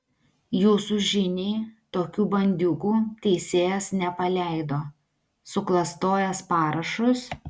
jūsų žiniai tokių bandiūgų teisėjas nepaleido suklastojęs parašus